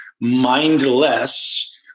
mindless